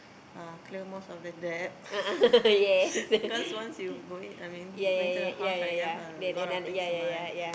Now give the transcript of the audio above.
uh clear most of the debt cause once you go in I mean go inside the house right you have a lot of things to buy